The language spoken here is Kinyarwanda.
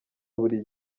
buri